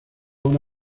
una